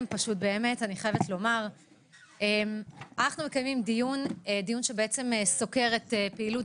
אנחנו מקיימים דיון שבו נסקור את פעילות